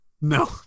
No